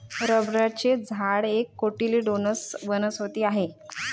रबराचे झाड एक कोटिलेडोनस वनस्पती आहे